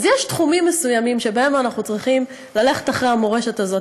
אז יש תחומים מסוימים שבהם אנחנו צריכים ללכת אחרי המורשת הזאת